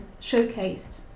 showcased